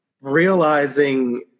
realizing